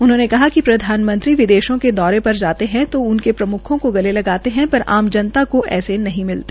उन्होंने कहा कि प्रधानमंत्री विदेशों के दौरे पर जाते है तो उनके प्रम्खों को गले लगाते है पर आम जनता को ऐसे नहीं मिलते